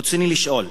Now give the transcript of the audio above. רצוני לשאול: